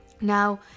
Now